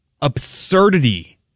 absurdity